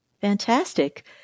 Fantastic